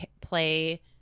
Play